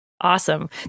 Awesome